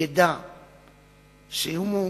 ידע שאם הוא